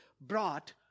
brought